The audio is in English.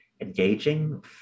engaging